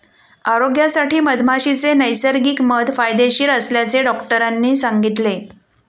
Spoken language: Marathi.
आरोग्यासाठी मधमाशीचे नैसर्गिक मध फायदेशीर असल्याचे डॉक्टरांनी सांगितले